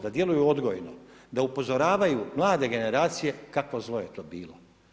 Da djeluju odgojno, da upozoravaju mlade generacije, kakvo zlo je to bilo.